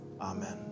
Amen